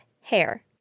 hair